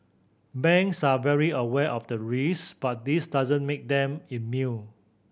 banks are very aware of the risks but this doesn't make them immune